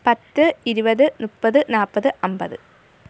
പത്ത് ഇരുപത് നുപ്പത് നാല്പത് അമ്പത്